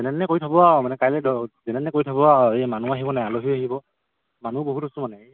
যেনে তেনে কৰি থ'ব আৰু মানে কাইলৈ দ যেনে তেনে কৰি থ'ব আৰু এই মানুহ আহিব নে আলহীও আহিব মানুহ বহুত হৈছোঁ মানে